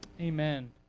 Amen